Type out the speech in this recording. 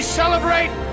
celebrate